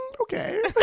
Okay